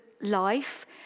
life